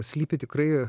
slypi tikrai